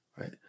right